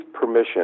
permission